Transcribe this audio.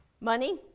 money